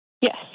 Yes